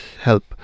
help